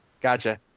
Gotcha